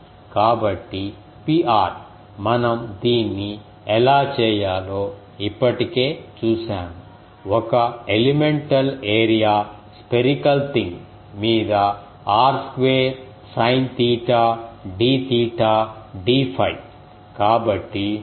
కాబట్టి Pr మనం దీన్ని ఎలా చేయాలో ఇప్పటికే చూశాము ఒక ఎలిమెంటల్ ఏరియా స్పీరికల్ థింగ్ మీద r square sine theta d theta d 𝝓